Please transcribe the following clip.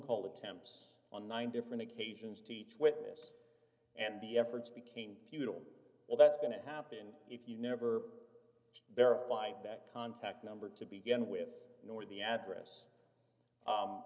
call attempts on nine different occasions to each witness and the efforts became futile all that's going to happen if you never verified that contact number to begin with nor the address